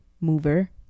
mover